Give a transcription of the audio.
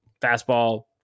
fastball